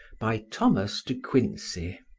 by thomas de quincey